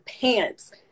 pants